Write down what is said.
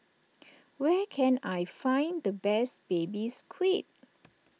where can I find the best Baby Squid